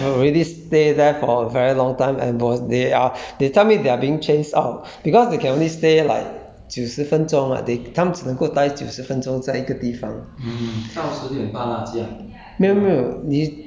because that place they uh because I went late so they have already stay there for very long time and was they are they tell me they are being chased out because they can only stay like 九十分钟 ah they 他们只能够呆九十分钟在一个地方